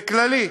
בכללי.